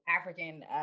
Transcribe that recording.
African